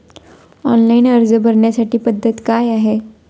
Online अर्ज भरण्याची पद्धत काय आहे?